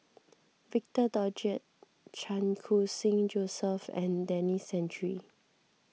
Victor Doggett Chan Khun Sing Joseph and Denis Santry